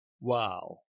wow